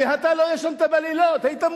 ואתה לא ישנת בלילות, היית מודאג.